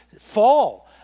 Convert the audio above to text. fall